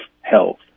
health